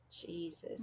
Jesus